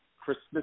Christmas